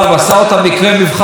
תודה רבה, אדוני.